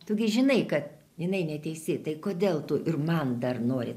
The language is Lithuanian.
tu gi žinai kad jinai neteisi tai kodėl tu ir man dar nori